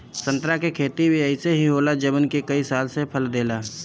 संतरा के खेती भी अइसे ही होला जवन के कई साल से फल देला